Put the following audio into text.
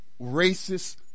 racist